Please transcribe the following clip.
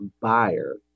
buyer